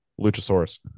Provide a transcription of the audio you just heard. luchasaurus